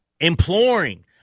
imploring